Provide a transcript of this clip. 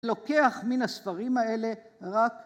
לוקח מן הספרים האלה רק